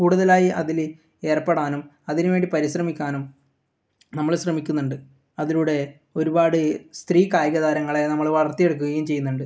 കൂടുതലായി അതിൽ ഏർപ്പെടാനും അതിന് വേണ്ടി പരിശ്രമിക്കാനും നമ്മൾ ശ്രമിക്കുന്നുണ്ട് അതിലൂടെ ഒരുപാട് സ്ത്രീ കായിക താരങ്ങളെ നമ്മൾ വളർത്തിയെടുക്കുകയും ചെയ്യുന്നുണ്ട്